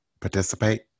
participate